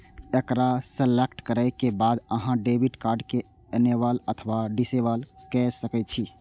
एकरा सेलेक्ट करै के बाद अहां डेबिट कार्ड कें इनेबल अथवा डिसेबल कए सकै छी